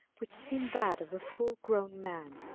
which seemed that of a full-grown man,